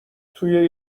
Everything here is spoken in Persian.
توی